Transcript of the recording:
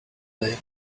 day